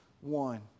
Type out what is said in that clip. one